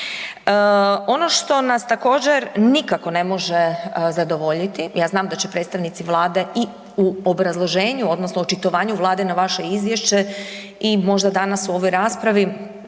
Ono što nas također nikako ne može zadovoljiti, ja znam da će predstavnici Vlade i u obrazloženju odnosno očitovanju Vlade na vaše izvješće i možda danas u ovoj raspravi,